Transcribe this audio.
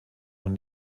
und